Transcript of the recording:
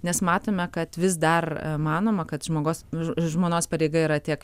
nes matome kad vis dar manoma kad žmogos žmonos pareiga yra tiek